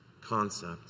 concept